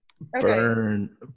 Burn